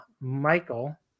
Michael